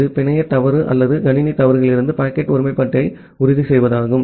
இது பிணைய தவறு அல்லது கணினி தவறுகளிலிருந்து பாக்கெட் ஒருமைப்பாட்டை உறுதி செய்வதாகும்